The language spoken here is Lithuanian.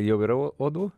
jau yra odų